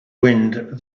wind